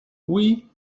oui